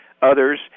Others